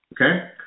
Okay